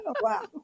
wow